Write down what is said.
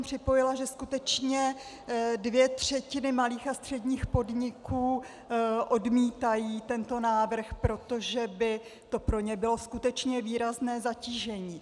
Připojila bych, že skutečně dvě třetiny malých a středních podniků odmítají tento návrh, protože by to pro ně bylo skutečně výrazné zatížení.